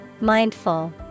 Mindful